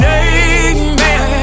amen